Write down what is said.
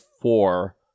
four